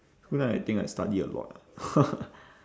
school time I think I study a lot ah